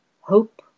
hope